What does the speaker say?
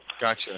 Gotcha